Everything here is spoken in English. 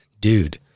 dude